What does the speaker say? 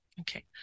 Okay